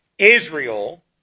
Israel